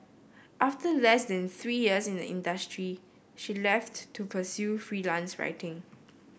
after less than three years in the industry she left to pursue freelance writing